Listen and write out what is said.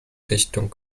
richtung